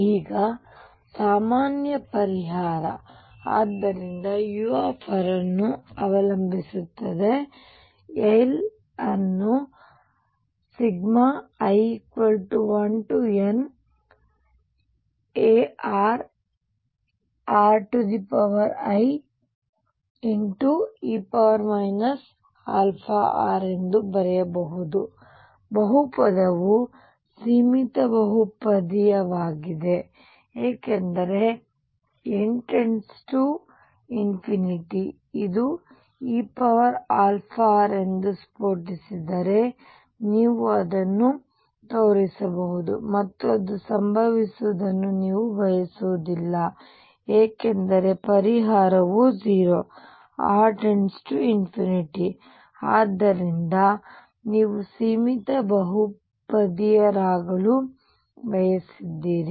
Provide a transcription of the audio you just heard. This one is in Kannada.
ಈಗ ಸಾಮಾನ್ಯ ಪರಿಹಾರ ಆದ್ದರಿಂದ u ಇದನ್ನು ಅವಲಂಬಿಸಿರುತ್ತದೆ l ಅನ್ನು i1narrie αr ಎಂದು ಬರೆಯಬಹುದು ಬಹುಪದವು ಸೀಮಿತ ಬಹುಪದೀಯವಾಗಿದೆ ಏಕೆಂದರೆ n →∞ ಇದು eαr ಎಂದು ಸ್ಫೋಟಿಸಿದರೆ ನೀವು ಅದನ್ನು ತೋರಿಸಬಹುದು ಮತ್ತು ಅದು ಸಂಭವಿಸುವುದನ್ನು ನೀವು ಬಯಸುವುದಿಲ್ಲ ಏಕೆಂದರೆ ಪರಿಹಾರವು 0 r→∞ ಆದ್ದರಿಂದ ನೀವು ಸೀಮಿತ ಬಹುಪದೀಯರಾಗಲು ಬಯಸಿದ್ದೀರಿ